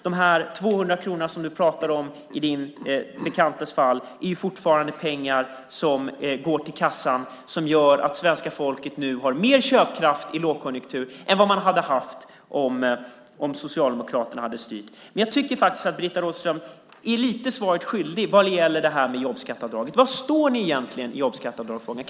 De 200 kronor som du pratade om, Britta Rådström, när det gällde din bekant är ju fortfarande pengar som går till kassan och gör att man har mer köpkraft i lågkonjunktur än vad man hade haft om Socialdemokraterna hade styrt. Jag tycker att Britta Rådström är lite svaret skyldig när det gäller jobbskatteavdraget. Var står ni egentligen i jobbskatteavdragsfrågan?